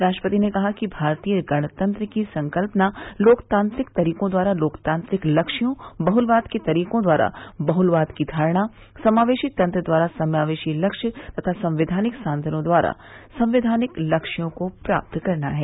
राष्ट्रपति ने कहा कि भारतीय गणतंत्र की संकल्पना लोकतांत्रिक तरीकों द्वारा लोकतांत्रिक लक्ष्यों बहुलवाद के तरीकों द्वारा बहुलवाद की धारणा समावेशी तंत्र द्वारा समावेशी लक्ष्य तथा संवैघानिक सांधनों द्वारा संवैघानिक लक्ष्यों को प्राप्त करना है